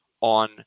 on